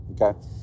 Okay